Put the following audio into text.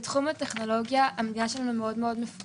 בתחום הטכנולוגיה המדינה שלנו מפותחת